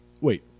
Wait